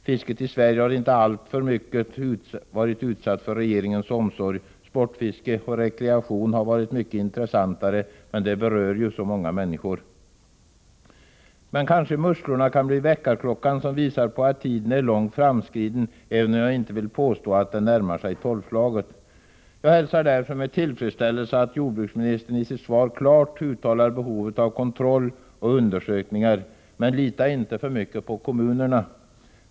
Fisket i Sverige har inte varit alltför mycket utsatt av regeringens omsorg. Sportfiske och rekreation har varit mycket intressantare — det berör ju så många människor. Kanske kan musslorna bli en väckarklocka som visar på att tiden är långt framskriden, även om jag inte vill påstå att det närmar sig tolvslaget. Jag hälsar därför med tillfredsställelse att jordbruksministern i sitt svar klart uttalar behovet av kontroll och undersökningar. Men lita inte för mycket på kommunerna!